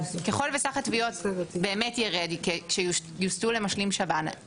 ככל שסך התביעות באמת יירד כי יוסטו למשלים שב"ן,